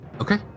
okay